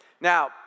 now